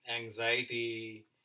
anxiety